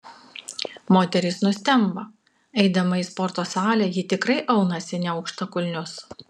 moteris nustemba eidama į sporto salę ji tikrai aunasi ne aukštakulnius